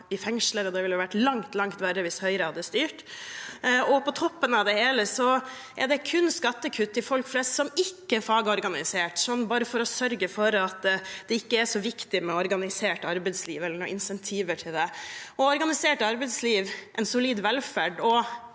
og fengsler, og det ville vært langt, langt verre hvis Høyre hadde styrt. På toppen av det hele er det kun skattekutt til folk flest som ikke er fagorganisert – som bare for å sørge for at det ikke er så viktig med organisert arbeidsliv og insentiver til det. Organisert arbeidsliv, en solid velferd